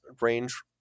range